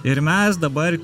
ir mes dabar